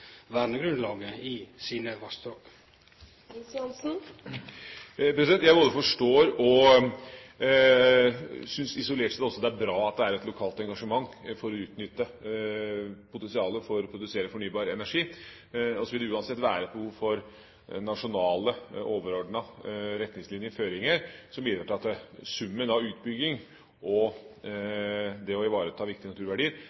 vernegrunnlaget for sine vassdrag. Jeg både forstår og synes isolert sett også det er bra at det er et lokalt engasjement for å utnytte potensialet for å produsere fornybar energi. Så vil det uansett være et behov for nasjonale, overordnede retningslinjer og føringer som bidrar til at summen av utbygging og det å ivareta viktige naturverdier